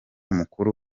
mukuru